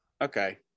Okay